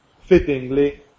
fittingly